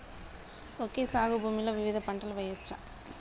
Okay సాగు భూమిలో వివిధ పంటలు వెయ్యచ్చా?